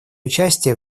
участие